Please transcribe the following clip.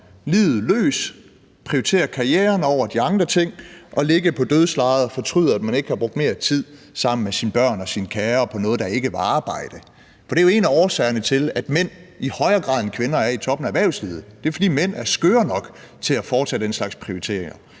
livet løs, prioritere karrieren over de andre ting og ligge på dødslejet og fortryde, at de ikke havde brugt mere tid sammen med deres børn og deres kære og på noget, der ikke var arbejde. For det er jo en af årsagerne til, at mænd i højere grad, end kvinder er, er i toppen af erhvervslivet, altså fordi mænd er skøre nok til at foretage den slags prioriteringer.